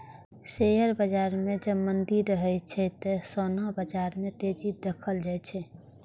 share बाजार मे जब मंदी रहै छै, ते सोना बाजार मे तेजी देखल जाए छै